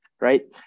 right